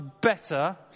better